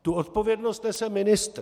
Tu odpovědnost nese ministr.